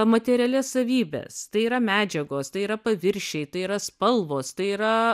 materialias savybes tai yra medžiagos tai yra paviršiai tai yra spalvos tai yra